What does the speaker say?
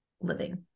living